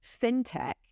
fintech